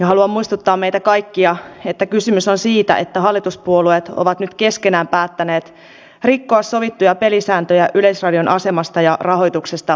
haluan muistuttaa meitä kaikkia että kysymys on siitä että hallituspuolueet ovat nyt keskenään päättäneet rikkoa sovittuja pelisääntöjä yleisradion asemasta ja rahoituksesta päättämisestä